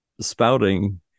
spouting